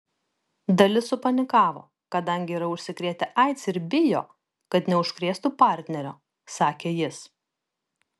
dalis supanikavo kadangi yra užsikrėtę aids ir bijo kad neužkrėstų partnerio sakė jis